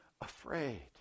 afraid